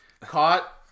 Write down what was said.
caught